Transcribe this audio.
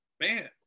man